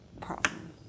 problem